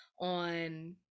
on